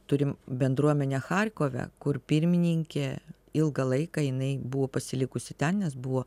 turim bendruomenę charkove kur pirmininkė ilgą laiką jinai buvo pasilikusi ten nes buvo